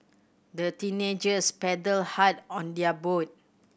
the teenagers paddled hard on their boat